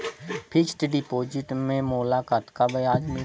Fixed deposit मे मोला कतका ब्याज मिलही?